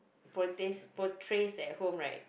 portray portrays at home right